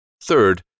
Third